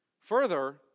Further